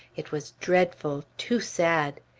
it was dreadful! too sad!